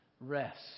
rest